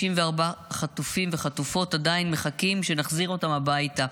94 חטופים וחטופות עדין מחכים שנחזיר אותם הביתה.